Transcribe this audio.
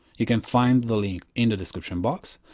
you can find the link in the description box,